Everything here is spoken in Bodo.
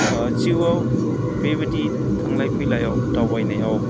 जिउआव बेबायदि थांलाय फैलायाव दावबायनायाव